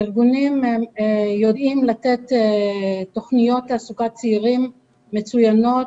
הארגונים יודעים לתת תוכניות תעסוקה לצעירים מצוינות.